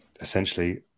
essentially